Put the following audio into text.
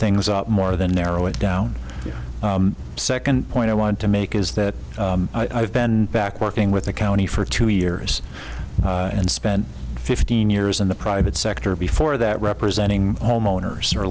things up more than narrow it down second point i wanted to make is that i've been back working with the county for two years and spent fifteen years in the private sector before that representing homeowners or